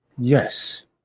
Yes